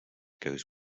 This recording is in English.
goes